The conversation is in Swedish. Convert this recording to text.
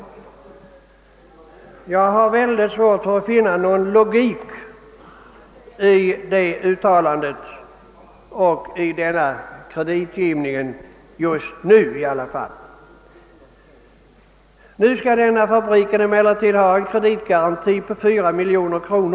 Jag har i alla fall väldigt svårt att finna någon logik i uttalandet från 1966 och kreditgivningen tiil fabriken. Nu skall emellertid denna fabrik få en kreditgaranti på 4 miljoner kronor.